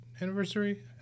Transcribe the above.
anniversary